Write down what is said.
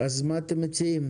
אם כן, מה אתם מציעים?